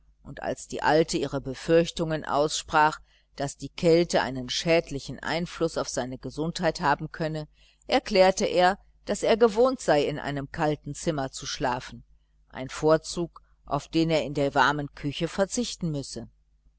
und als die alte ihre befürchtung aussprach daß die kälte einen schädlichen einfluß auf seine gesundheit haben könne erklärte er daß er gewohnt sei in einem kalten zimmer zu schlafen ein vorzug auf den er in der warmen küche verzichten müsse